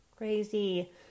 Crazy